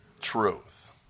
Truth